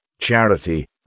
charity